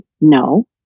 no